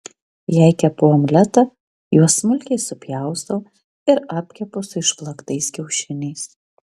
jei kepu omletą juos smulkiai supjaustau ir apkepu su išplaktais kiaušiniais